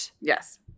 Yes